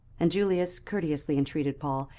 and julius courteously entreated paul,